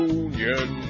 union